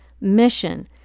mission